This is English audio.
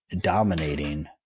dominating